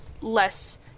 less